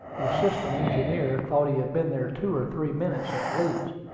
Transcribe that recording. the assistant engineer thought he had been there two or three minutes, at least,